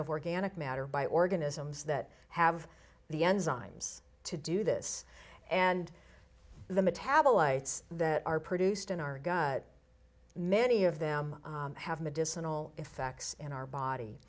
of organic matter by organisms that have the enzymes to do this and the metabolites that are produced in our gut many of them have medicinal effects in our body